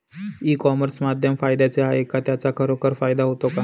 E commerce माध्यम फायद्याचे आहे का? त्याचा खरोखर फायदा होतो का?